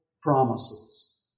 promises